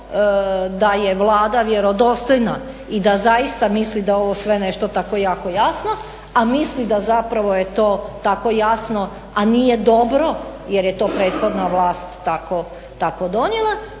da je Vlada vjerodostojna i da zaista misli da je ovo sve nešto tako jako jasno a misli da je zapravo je to tako jasno a nije dobro jer je to prethodna vlast tako donijela